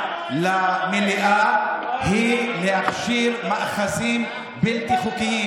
למליאה היא להכשיר מאחזים בלתי חוקיים.